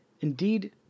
Indeed